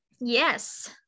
Yes